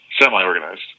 Semi-organized